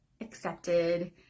accepted